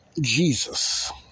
Jesus